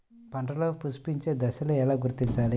పంటలలో పుష్పించే దశను ఎలా గుర్తించాలి?